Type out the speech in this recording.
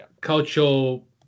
cultural